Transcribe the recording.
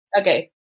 okay